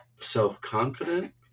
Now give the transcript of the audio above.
self-confident